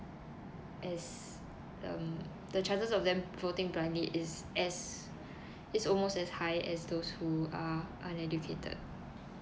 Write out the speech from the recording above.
as um the chances of them voting blindly is as it's almost as high as those who are uneducated